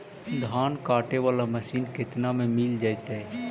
धान काटे वाला मशीन केतना में मिल जैतै?